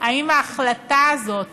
אם ההחלטה הזאת